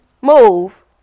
Move